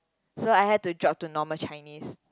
so I had to drop to normal Chinese